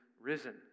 risen